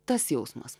tas jausmas